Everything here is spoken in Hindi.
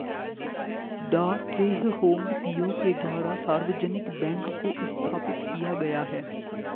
डॉ तेह होंग पिओ के द्वारा सार्वजनिक बैंक को स्थापित किया गया है